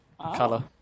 color